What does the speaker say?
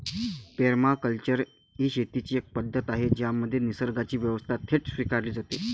permaculture ही शेतीची एक पद्धत आहे ज्यामध्ये निसर्गाची व्यवस्था थेट स्वीकारली जाते